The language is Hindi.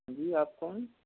जी आप कौन